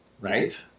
Right